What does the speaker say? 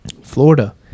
Florida